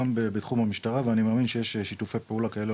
גם בתחום המשטרה ואני מאמין שיש שיתופי פעולה כאלה,